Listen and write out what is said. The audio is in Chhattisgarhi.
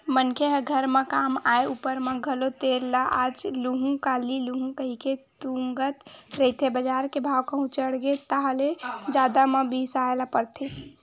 मनखे ह घर म काम आय ऊपर म घलो तेल ल आज लुहूँ काली लुहूँ कहिके तुंगत रहिथे बजार के भाव कहूं चढ़गे ताहले जादा म बिसाय ल परथे